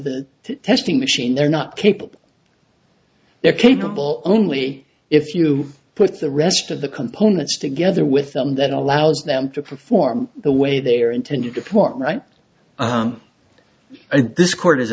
the testing machine they're not capable they're capable only if you put the rest of the components together with them that allows them to perform the way they're intended to perform right and this court is